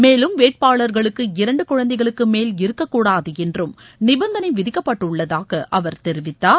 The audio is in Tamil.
மேலும் வேட்பாளர்களுக்கு இரண்டு குழந்தைகளுக்கு மேல் இருக்கக்கூடாது என்றும் நிபந்தனை விதிக்கப்பட்டுள்ளதாக அவர் தெரிவித்தார்